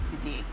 today